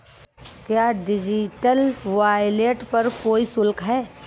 क्या digital wallet पर कोई शुल्क है?